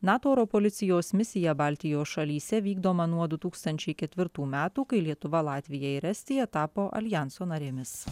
nato oro policijos misiją baltijos šalyse vykdomą nuo du tūkstančiai ketvirtų metų kai lietuva latvija ir estija tapo aljanso narėmis